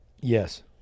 Yes